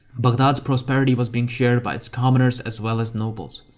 baghdad's prosperity was being shared by its commoners as well as nobles.